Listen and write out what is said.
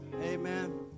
Amen